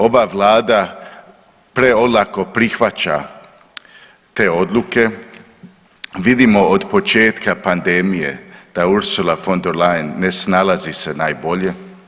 Ova vlada preolako prihvaća te odluke, vidimo od početka pandemije da Ursula von der Leyen ne snalazi se najbolje.